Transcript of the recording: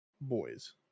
Boys